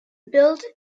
built